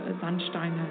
Sandsteine